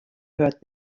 heard